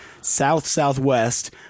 South-Southwest